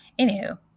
Anywho